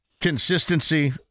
consistency